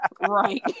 Right